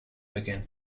began